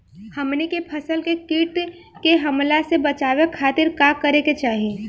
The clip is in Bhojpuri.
हमनी के फसल के कीट के हमला से बचावे खातिर का करे के चाहीं?